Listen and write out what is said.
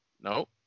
No